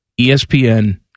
ESPN